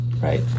Right